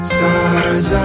Stars